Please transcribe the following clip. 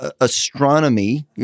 Astronomy